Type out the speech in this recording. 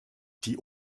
die